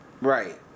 right